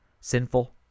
sinful